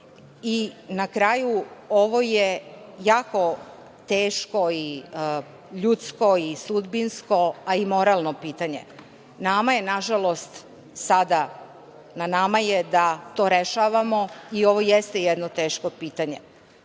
kraju, ovo je jako teško i ljudsko i sudbinsko, a i moralno pitanje. Na nama je, na žalost sada, da to rešavamo i ovo jeste jedno teško pitanje.